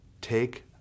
take